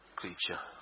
creature